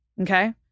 okay